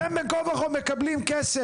אתם בין כה וכה מקבלים כסף.